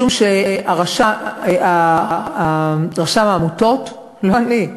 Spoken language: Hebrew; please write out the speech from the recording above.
משום שרשם העמותות, לא אני,